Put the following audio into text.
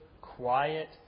quiet